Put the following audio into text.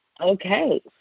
okay